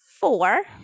Four